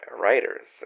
writers